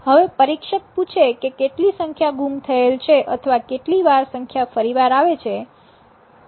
હવે પરીક્ષક પૂછે કે કેટલી સંખ્યા ગુમ થયેલ છે અથવા કેટલી વાર સંખ્યા ફરીવાર આવે છે